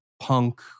punk